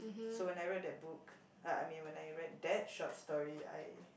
so when I read that book uh I mean when I read that short story I